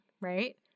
right